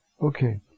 okay